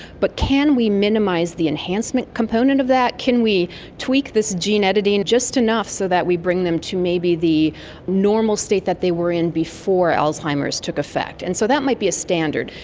but can we minimise the enhancement component of that? can we tweak this gene editing just enough so that we bring them to maybe the normal state that they were in before alzheimer's took effect? and so that might be a standard.